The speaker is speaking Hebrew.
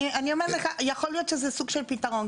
אני אומרת לך, יכול להיות שזה סוג של פתרון.